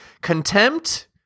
contempt